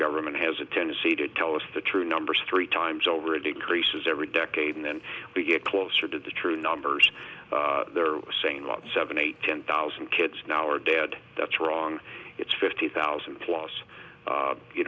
government has a tendency to tell us the true numbers three times over it increases every decade and then we get closer to the true numbers saying what seven eight ten thousand kids now are dead that's wrong it's fifty thousand plus